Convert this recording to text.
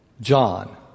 John